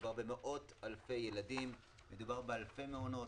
מדובר במאות אלפי ילדים, מדובר באלפי מעונות.